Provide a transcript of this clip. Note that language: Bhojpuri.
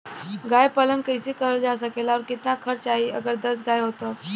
गाय पालन कइसे करल जा सकेला और कितना खर्च आई अगर दस गाय हो त?